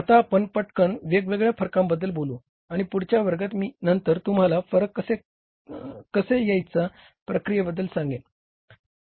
तर आता आपण पटकन वेगवेगळ्या फरकांबद्दल बोलू आणि पुढच्या वर्गात मी नंतर तुम्हाला फरक कसे याच्या प्रक्रियेबद्दल सांगेन